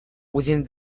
within